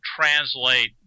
translate